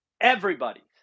everybody's